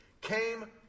came